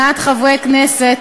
מעט חברי כנסת,